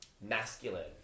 masculine